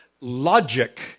logic